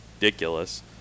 ridiculous